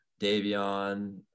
Davion